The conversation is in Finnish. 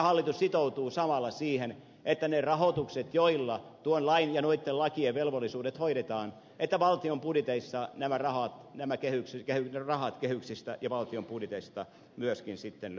hallitus sitoutuu samalla siihen että ne rahat joilla tuon lain ja noitten lakien velvollisuudet hoidetaan eikä valtion budjeteissa nämä rahat nämä kehykset ja yhden kehyksistä ja valtion budjeteista myöskin sitten löytyvät